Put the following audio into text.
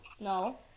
No